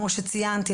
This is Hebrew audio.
כמו שציינתי,